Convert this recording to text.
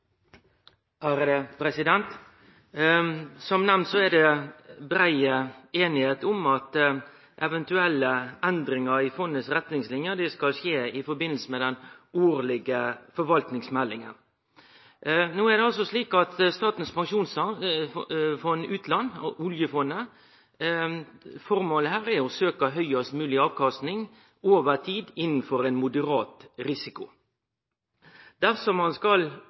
det brei einigheit om at eventuelle endringar i fondets retningslinjer skal skje i forbindelse med den årlege forvaltningsmeldinga. No er det slik at med Statens pensjonsfond utland, oljefondet, er formålet her å søke høgast mogleg avkastning over tid innanfor ein moderat risiko. Dersom ein skal